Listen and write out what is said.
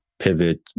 pivot